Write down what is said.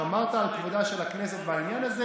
שמרת על כבודה של הכנסת בעניין הזה.